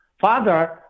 father